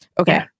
Okay